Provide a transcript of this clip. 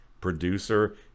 producer